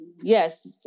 Yes